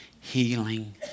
healing